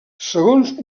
segons